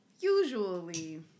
usually